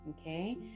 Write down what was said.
okay